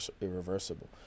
irreversible